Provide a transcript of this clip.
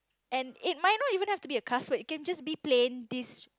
and it might not even have to be a cuss word it can just be plain dis~